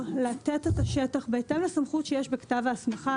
הסכימו לתת את השטח בהתאם לסמכות שיש בכתב ההסמכה,